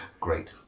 great